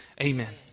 Amen